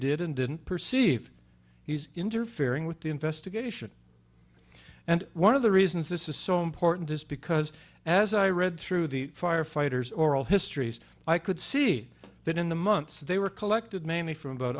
did and didn't perceive he's interfering with the investigation and one of the reasons this is so important is because as i read through the firefighters oral histories i could see that in the months they were collected mainly from about